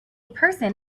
person